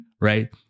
right